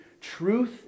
truth